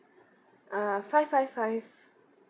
uh five five five